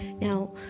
Now